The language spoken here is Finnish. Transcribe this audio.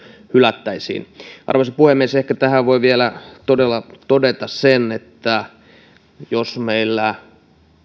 hylättäisiin arvoisa puhemies ehkä tähän voi vielä todella todeta sen että jos meillä